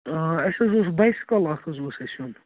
آ اَسہِ حظ اوس بایسِکٕل اَکھ حظ اوس اَسہِ ہیوٚن